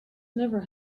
never